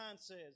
says